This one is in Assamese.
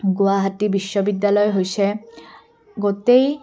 গুৱাহাটী বিশ্ববিদ্যালয় হৈছে গোটেই